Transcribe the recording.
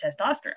testosterone